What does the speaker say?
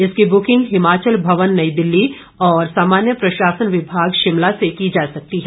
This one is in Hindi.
इसकी ब्रकिंग हिमाचल भवन नई दिल्ली और सामान्य प्रशासन विभाग शिमला से की जा सकती है